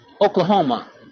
Oklahoma